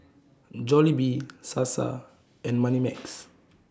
Jollibee Sasa and Moneymax